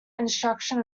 instruction